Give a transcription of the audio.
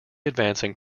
advancing